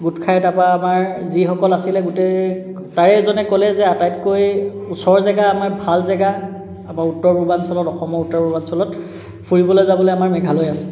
গোট খাই তাপা আমাৰ যিসকল আছিলে গোটেই প্ৰায়জনে ক'লে যে আটাইতকৈ ওচৰৰ জেগা আমাৰ ভাল জেগা আমাৰ উত্তৰ পূৰ্বাঞ্চলত অসমৰ উত্তৰ পূৰ্বাঞ্চলত ফুৰিবলৈ যাবলৈ আমাৰ মেঘালয় আছে